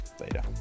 Later